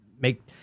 make